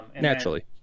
naturally